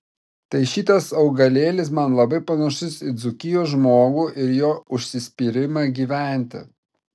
tai šitas augalėlis man labai panašus į dzūkijos žmogų ir jo užsispyrimą gyventi